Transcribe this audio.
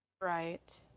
Right